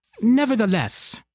Nevertheless